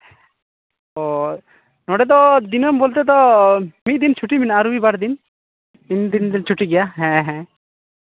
ᱚᱻ ᱱᱚᱸᱰᱮ ᱫᱚ ᱫᱤᱱᱟᱹᱢ ᱵᱚᱞᱛᱮ ᱫᱚ ᱢᱤᱫ ᱫᱤᱱ ᱪᱷᱩᱴᱤ ᱢᱮᱱᱟᱜᱼᱟ ᱨᱚᱵᱤᱵᱟᱨ ᱫᱤᱱ ᱱᱤᱱ ᱫᱤᱱ ᱪᱷᱩᱴᱤ ᱜᱮᱭᱟ ᱦᱮᱸ ᱦᱮᱸ